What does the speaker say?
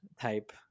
type